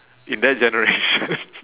in that generation